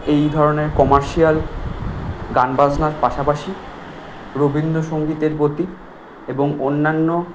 এই ধরনের কমার্শিয়াল গান বাজনার পাশাপাশি রবীন্দ্রসঙ্গীতের প্রতি এবং অন্যান্য